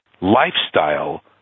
Lifestyle